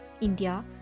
India